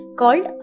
called